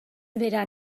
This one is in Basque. bera